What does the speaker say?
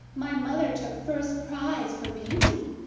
my mother took first prize for beauty.